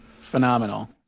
Phenomenal